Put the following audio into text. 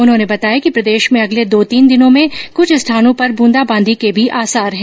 उन्होंने बताया कि प्रदेश में अगले दो तीन दिनों में कुछ स्थानों पर बूंदाबांदी के भी आसार है